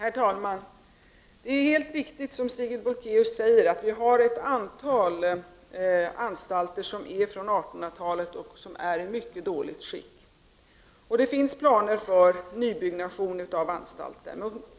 Herr talman! Det är helt riktigt som Sigrid Bolkéus säger, nämligen att vi har ett antal anstalter som är från 1800-talet och som är i mycket dåligt skick. Det finns planer för nybyggnation av anstalten i Hudiksvall.